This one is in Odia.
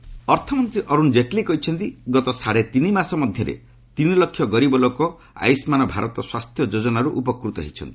ଜେଟଲୀ ଅର୍ଥମନ୍ତ୍ରୀ ଅରୁଣ ଜେଟଲୀ କହିଛନ୍ତି ଗତ ସାଢ଼େ ତିନି ମାସ ମଧ୍ୟରେ ତିନି ଲକ୍ଷ ଗରିବ ଲୋକ ଆୟୁଷ୍ମାନ୍ ଭାରତ ସ୍ୱାସ୍ଥ୍ୟ ଯୋଜନାରୁ ଉପକୃତ ହୋଇଛନ୍ତି